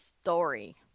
Story